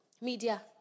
Media